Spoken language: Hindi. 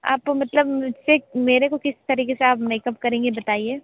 आप मतलब मुझ से मेरे को किस तरीके से आप मेकअप करेंगी बताइए